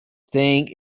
staying